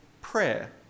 Prayer